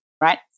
right